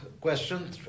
question